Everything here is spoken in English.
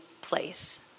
place